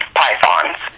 pythons